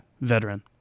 veteran